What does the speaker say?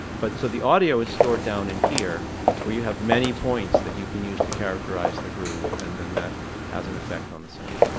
but so the audio is stored down in here where you have many points that you can use to characterize the groove, and then that has an effect on the sound.